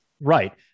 Right